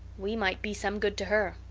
we might be some good to her,